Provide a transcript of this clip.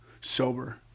sober